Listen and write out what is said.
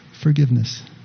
Forgiveness